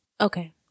Okay